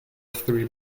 three